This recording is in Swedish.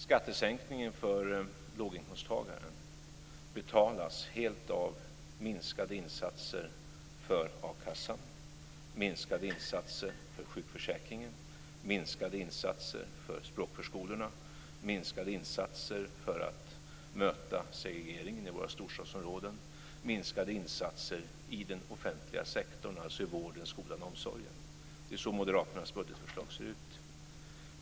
Skattesänkningen för låginkomsttagare betalas helt av minskade insatser för a-kassan, minskade insatser för sjukförsäkringen, minskade insatser för språkförskolorna, minskade insatser för att möta segregeringen i våra storstadsområden och minskade insatser i den offentliga sektorn, dvs. i vården, skolan och omsorgen. Det är så moderaternas budgetförslag ser ut.